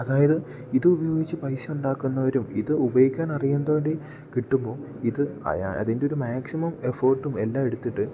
അതായത് ഇത് ഉപയോഗിച്ചു പൈസ ഉണ്ടാക്കുന്നവരും ഇത് ഉപയോഗിക്കാൻ അറിയാത്തവർ കിട്ടുമ്പോൾ ഇത് അതിൻ്റെ മറ്റൊരു മാക്സിമം എഫേർട്ടും എല്ലാം എടുത്തിട്ട്